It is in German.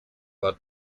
war